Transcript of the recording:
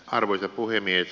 arvoisa puhemies